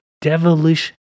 devilish